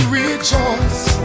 rejoice